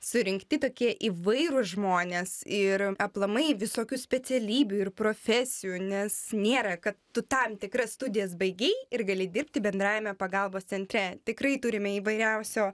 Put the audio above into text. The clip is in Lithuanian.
surinkti tokie įvairūs žmonės ir aplamai visokių specialybių ir profesijų nes nėra kad tu tam tikras studijas baigei ir gali dirbti bendrajame pagalbos centre tikrai turime įvairiausio